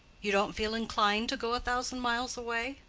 you don't feel inclined to go a thousand miles away?